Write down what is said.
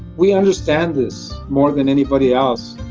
we understand this more than anybody else.